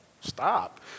stop